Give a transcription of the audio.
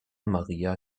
maria